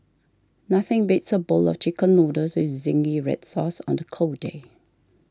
nothing beats a bowl of Chicken Noodles with Zingy Red Sauce on a cold day